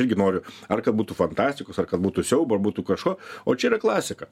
irgi noriu ar kad būtų fantastikos ar kad būtų siaubo ar būtų kažko o čia yra klasika